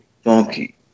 funky